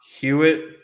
Hewitt